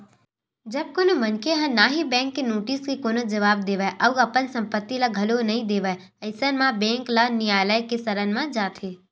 जब कोनो मनखे ह ना ही बेंक के नोटिस के कोनो जवाब देवय अउ अपन संपत्ति ल घलो नइ देवय अइसन म बेंक ल नियालय के सरन म जाथे